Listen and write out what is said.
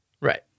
Right